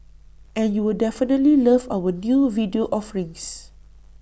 and you'll definitely love our new video offerings